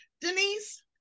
Denise